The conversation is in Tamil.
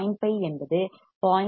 5 என்பது 0